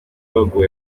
wagoye